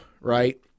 right